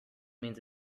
means